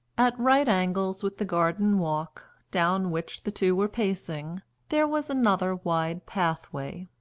at right angles with the garden walk down which the two were pacing there was another wide pathway,